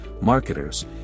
marketers